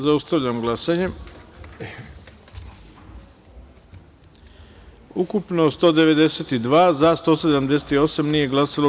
Zaustavljam glasanje: ukupno – 192, za – 178, nije glasalo – 14.